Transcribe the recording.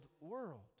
world